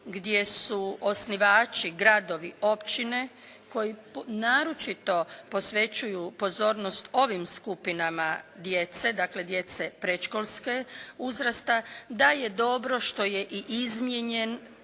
gdje su osnivači gradovi, općine koji naročito posvećuju pozornost ovim skupinama djece, dakle djece predškolskog uzrasta, da je dobro što je i izmijenjen